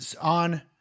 On